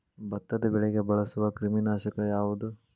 ಭತ್ತದ ಬೆಳೆಗೆ ಬಳಸುವ ಕ್ರಿಮಿ ನಾಶಕ ಯಾವುದು?